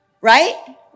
Right